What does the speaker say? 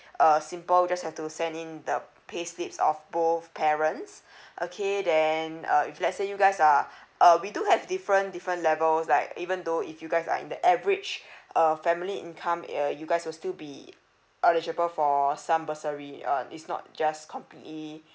uh simple just have to send in the pay slips of both parents okay then uh if let's say you guys are we do have different different levels like even though if you guys are in the average err family income uh you guys will still be eligible for some bursary uh is not just completely